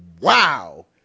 wow